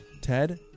Ted